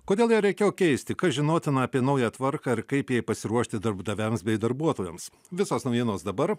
kodėl ją reikėjo keisti kas žinotina apie naują tvarką ir kaip jai pasiruošti darbdaviams bei darbuotojams visos naujienos dabar